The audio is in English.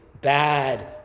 bad